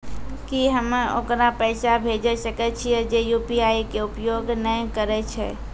की हम्मय ओकरा पैसा भेजै सकय छियै जे यु.पी.आई के उपयोग नए करे छै?